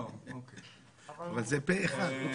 אבל זה פה אחד חוץ